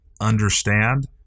understand